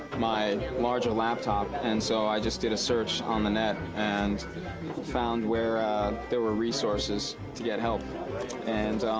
my larger laptop and so i just did a search on the net and found where there were resources to get help and